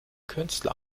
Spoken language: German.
künstler